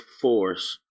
force